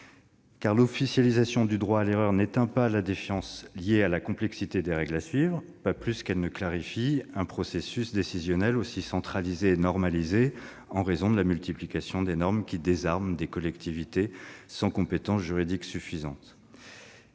car l'officialisation du droit à l'erreur n'éteint pas la défiance liée à la complexité des règles à suivre, pas plus qu'elle ne clarifie un processus décisionnel aussi centralisé et normalisé, en raison de la multiplication des normes qui désarme des collectivités sans compétence juridique suffisante.